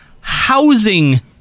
housing